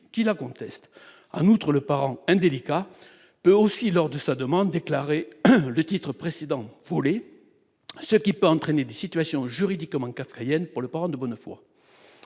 qui la contestent, en outre, le parent indélicats peut aussi lors de sa demande, déclaré le titre précédent lui ce qui peut entraîner des situations juridiquement 4ème pour le port de bonne foi,